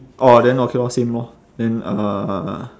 orh then okay orh same lor then uh